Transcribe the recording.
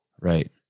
Right